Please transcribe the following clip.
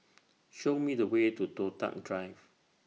Show Me The Way to Toh Tuck Drive